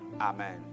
amen